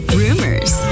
rumors